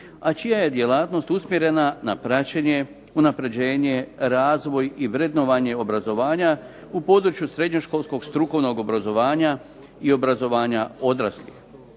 a čija je djelatnost usmjerena na praćenje, unapređenje, razvoj i vrednovanje obrazovanja u području srednjoškolskog strukovnog obrazovanja i obrazovanja odraslih.